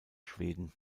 schweden